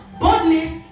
boldness